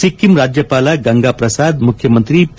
ಸಿಕ್ಕಿಂ ರಾಜ್ಯವಾಲ ಗಂಗಾಪ್ರಸಾದ್ ಮುಖ್ಯಮಂತ್ರಿ ಪಿ